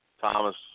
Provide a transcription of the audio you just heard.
Thomas –